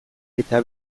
eta